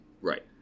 Right